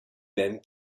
même